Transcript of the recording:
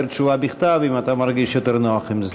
תשובה בכתב אם אתה מרגיש יותר נוח עם זה.